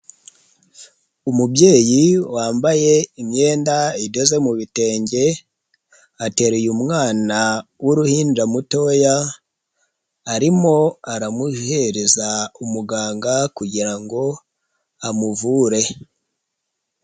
Umubyeyi wambaye imyenda idoze mu bitenge, ateruye umwana w'uruhinja mutoya, arimo aramuhereza umuganga kugira ngo amuvure.